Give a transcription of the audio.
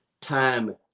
time